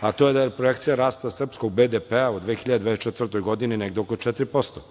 a to je da je projekcija rasta srpskog BDP u 2024. godini negde oko